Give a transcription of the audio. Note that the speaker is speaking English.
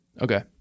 Okay